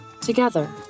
Together